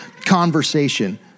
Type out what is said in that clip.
conversation